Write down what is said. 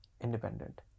independent